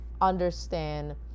understand